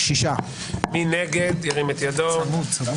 6 נגד 9